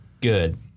Good